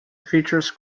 features